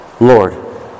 Lord